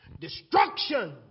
Destruction